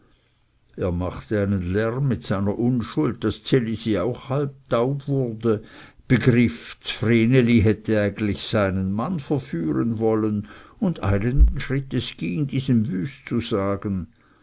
er machte einen lärm mit seiner unschuld daß ds elisi auch halb taub wurde begriff ds vreneli hätte eigentlich seinen mann verführen wollen und eilenden schrittes ging diesem wüst zu sagen